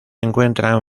encuentran